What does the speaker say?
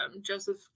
Joseph